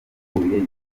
rurambuye